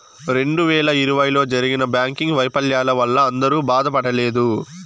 రెండు వేల ఇరవైలో జరిగిన బ్యాంకింగ్ వైఫల్యాల వల్ల అందరూ బాధపడలేదు